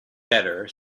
better